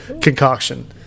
concoction